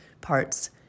parts